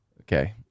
Okay